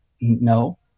no